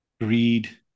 greed